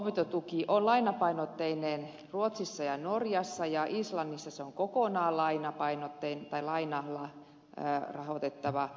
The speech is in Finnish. opintotuki on lainapainotteinen ruotsissa ja norjassa ja islannissa se on kokonaan lainalla rahoitettava